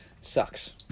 sucks